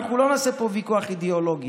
אנחנו לא נעשה פה ויכוח אידיאולוגי,